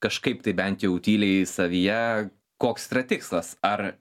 kažkaip tai bent jau tyliai savyje koks yra tikslas ar